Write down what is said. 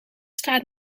straat